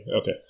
Okay